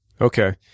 Okay